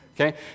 Okay